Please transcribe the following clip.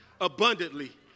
abundantly